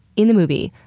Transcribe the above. in the movie,